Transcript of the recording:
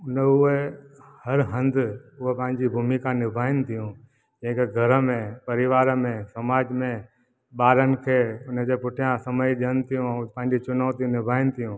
उहे हर हंधु उहे पंहिंजी भूमिका निभाइनि थियूं जेके घर में परिवार में समाज में ॿारनि खे उनजे पुठियां समय ॾियनि थियूं पंहिंजी चुनौतियूं निभाइनि थियूं